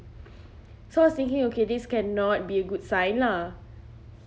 so I was thinking okay this cannot be a good sign lah